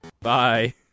Bye